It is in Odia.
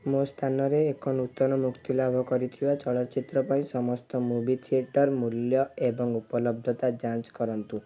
ମୋ ସ୍ଥାନରେ ଏକ ନୂତନ ମୁକ୍ତିଲାଭ କରିଥିବା ଚଳଚ୍ଚିତ୍ର ପାଇଁ ସମସ୍ତ ମୁଭି ଥିଏଟର୍ ମୂଲ୍ୟ ଏବଂ ଉପଲବ୍ଧତା ଯାଞ୍ଚ୍ କରନ୍ତୁ